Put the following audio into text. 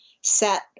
set